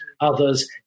others